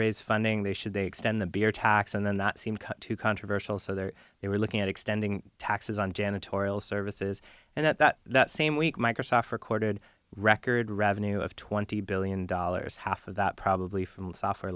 raise funding they should they extend the beer tax and then that seemed too controversial so there they were looking at extending taxes on janitorial services and at that that same week microsoft recorded record revenue of twenty billion dollars half of that probably from software